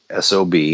SOB